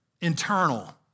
internal